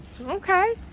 Okay